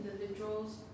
individuals